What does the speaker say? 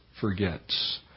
forgets